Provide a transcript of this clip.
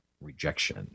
rejection